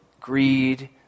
greed